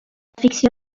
ficció